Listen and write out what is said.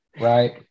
right